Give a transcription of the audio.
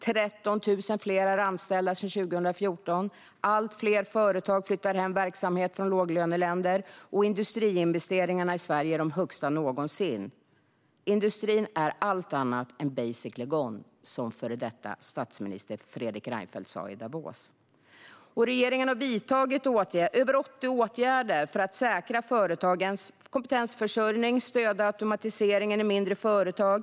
13 000 fler är anställda jämfört med 2014. Allt fler företag flyttar hem verksamhet från låglöneländer. Industriinvesteringarna i Sverige är de högsta någonsin. Industrin är allt annat än "basically gone", som före detta statsminister Fredrik Reinfeldt sa i Davos. Regeringen har vidtagit över 80 åtgärder för att säkra företagens kompetensförsörjning och stödja automatiseringen i mindre företag.